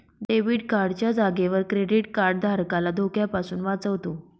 debit card च्या जागेवर credit card धारकाला धोक्यापासून वाचवतो